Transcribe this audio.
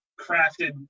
crafted